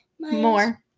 more